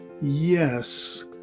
Yes